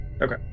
Okay